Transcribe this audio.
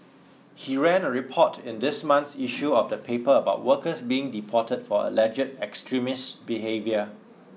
he ran a report in this month's issue of the paper about workers being deported for alleged extremist behaviour